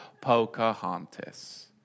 Pocahontas